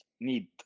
need